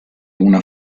una